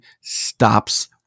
stops